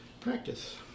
practice